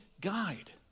guide